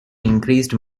increased